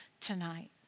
tonight